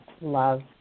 love